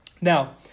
Now